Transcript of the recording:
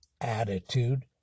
attitude